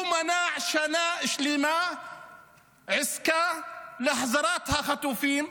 הוא מנע שנה שלמה עסקה להחזרת החטופים.